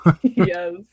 yes